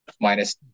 Minus